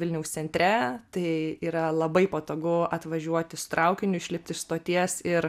vilniaus centre tai yra labai patogu atvažiuoti su traukiniu išlipt iš stoties ir